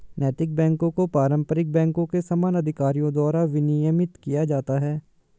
नैतिक बैकों को पारंपरिक बैंकों के समान अधिकारियों द्वारा विनियमित किया जाता है